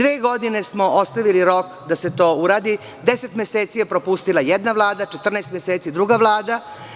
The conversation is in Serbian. Dve godine smo ostavili rok da se to uradi, 10 meseci je propustila jedna vlada, 14 meseci druga vlada.